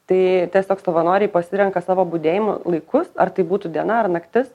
tai tiesiog savanoriai pasirenka savo budėjimo laikus ar tai būtų diena ar naktis